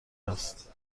است